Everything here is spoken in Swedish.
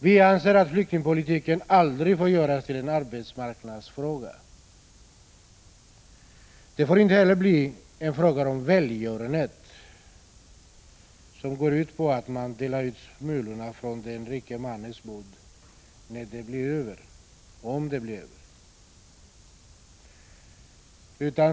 Vi anser att flyktingpolitiken aldrig får göras till en arbetsmarknadsfråga. Den får inte heller bli en fråga om välgörenhet, som går ut på att man delar ut smulorna från den rike mannens bord — om det blir några över.